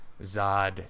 zod